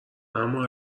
اما